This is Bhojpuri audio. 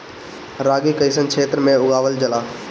रागी कइसन क्षेत्र में उगावल जला?